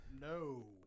No